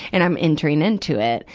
and i'm entering into it.